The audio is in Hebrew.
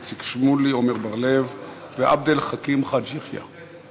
איציק שמולי, עמר בר-לב ועבד אל חכים חאג' יחיא.